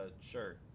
sure